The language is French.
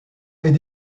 est